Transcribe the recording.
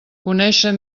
conéixer